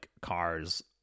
cars